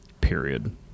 Period